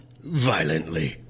violently